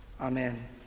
Amen